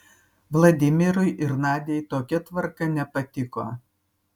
vladimirui ir nadiai tokia tvarka nepatiko